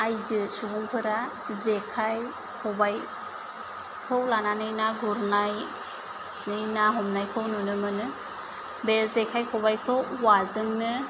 आयजो सुबंफोरा जेखाय खबायखौ लानानै ना गुरनानै ना हमनायखौ नुनो मोनो बे जेखाय खबायखौ औवाजोंनो